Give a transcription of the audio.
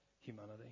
humanity